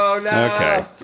Okay